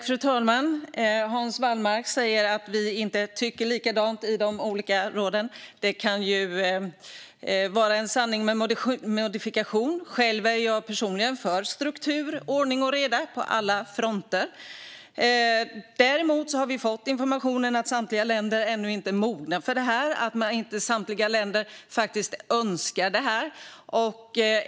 Fru talman! Hans Wallmark säger att vi inte tycker likadant i de olika råden. Det kan vara en sanning med modifikation. Själv är jag personligen för struktur, ordning och reda på alla fronter. Däremot har vi fått informationen att inte samtliga länder är mogna för det här ännu och att inte samtliga länder önskar det här.